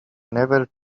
never